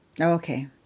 Okay